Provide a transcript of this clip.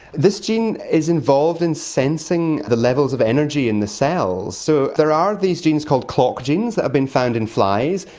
this gene is involved in sensing the levels of energy in the cells. so there are these genes called clock genes that have been found in flies,